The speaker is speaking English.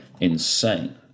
insane